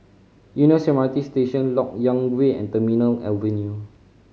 Eunos M R T Station Lok Yang Way and Terminal Avenue